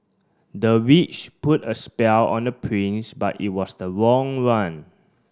the witch put a spell on the prince but it was the wrong one